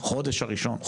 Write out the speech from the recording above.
חודש הראשון,